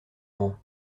rangs